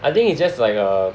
I think it's just like a